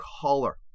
color